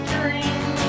Dream